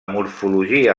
morfologia